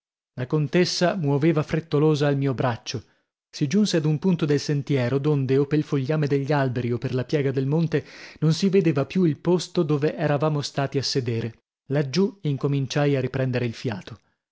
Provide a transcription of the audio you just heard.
la contessa muoveva frettolosa al mio braccio si giunse ad un punto del sentiero donde o pel fogliame degli alberi o per la piega del monte non si vedeva più il posto dove eravamo stati a sedere laggiù incominciai a riprendere il fiato